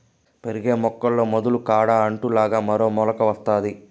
పెరిగే మొక్కల్లో మొదలు కాడ అంటు లాగా మరో మొలక వత్తాది